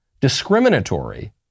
discriminatory